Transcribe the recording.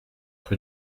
rue